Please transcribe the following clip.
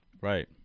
Right